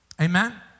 Amen